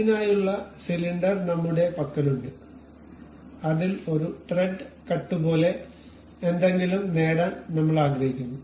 അതിനായുള്ള സിലിണ്ടർ നമ്മളുടെ പക്കലുണ്ട് അതിൽ ഒരു ത്രെഡ് കട്ട് പോലെ എന്തെങ്കിലും നേടാൻ നമ്മൾ ആഗ്രഹിക്കുന്നു